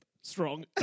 Strong